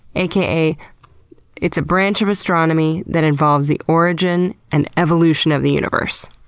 a k a it's a branch of astronomy that involves the origin and evolution of the universe.